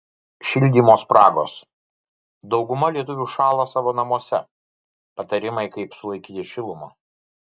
šildymo spragos dauguma lietuvių šąla savo namuose patarimai kaip sulaikyti šilumą